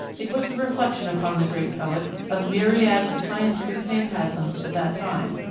it was the reflection upon the great poet of myriads of scientific phantasms of that time,